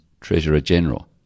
treasurer-general